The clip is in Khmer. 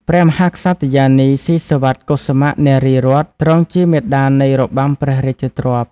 ព្រះមហាក្សត្រិយានី ស៊ីសុវត្ថិ កុសុមៈ នារីរ័ត្ន ទ្រង់ជាមាតានៃរបាំព្រះរាជទ្រព្យ។